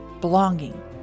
belonging